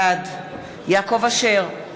בעד יעקב אשר,